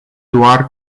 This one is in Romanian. doar